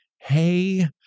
Hey